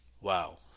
wow